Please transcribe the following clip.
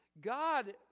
God